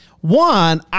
one